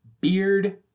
beard